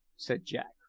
said jack.